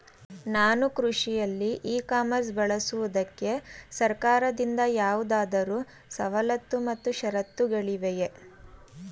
ನಾನು ಕೃಷಿಯಲ್ಲಿ e commerce ಬಳಸುವುದಕ್ಕೆ ಸರ್ಕಾರದಿಂದ ಯಾವುದಾದರು ಸವಲತ್ತು ಮತ್ತು ಷರತ್ತುಗಳಿವೆಯೇ?